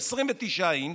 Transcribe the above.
29 אינץ'